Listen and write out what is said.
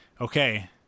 okay